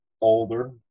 older